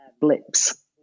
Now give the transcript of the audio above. blips